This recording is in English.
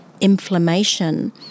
inflammation